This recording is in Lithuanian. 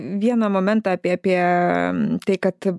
vieną momentą apie apie tai kad